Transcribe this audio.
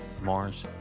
Mars